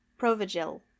Provigil